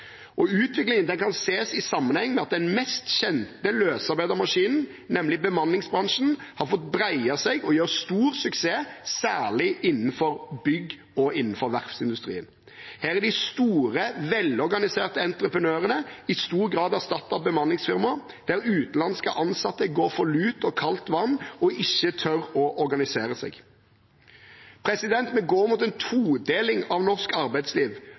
og utviklingen kan ses i sammenheng med at den mest kjente løsarbeidermaskinen, nemlig bemanningsbransjen, har fått breie seg og gjøre stor suksess, særlig innenfor bygg og innenfor verftsindustrien. Her er de store, velorganiserte entreprenørene i stor grad erstattet av bemanningsfirmaer der utenlandske ansatte går for lut og kaldt vann og ikke tør å organisere seg. Det går mot en todeling av norsk arbeidsliv,